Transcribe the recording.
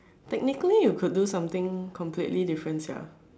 technically you could do something completely different sia